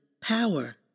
power